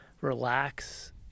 relax